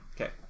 Okay